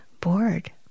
bored